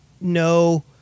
no